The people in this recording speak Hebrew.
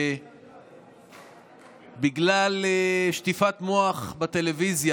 שבגלל שטיפת מוח בטלוויזיה,